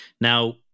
Now